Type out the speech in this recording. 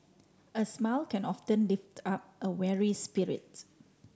a smile can often lift up a weary spirit